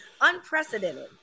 unprecedented